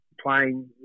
playing